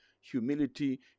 Humility